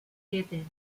siete